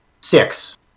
six